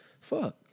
Fuck